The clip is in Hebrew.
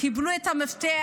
קיבלו את המפתח,